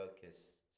focused